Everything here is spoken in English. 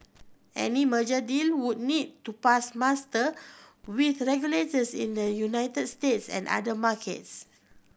any merger deal would need to pass muster with regulators in the United States and other markets